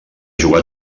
jugar